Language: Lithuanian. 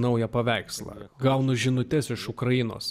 naują paveikslą gaunu žinutes iš ukrainos